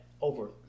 over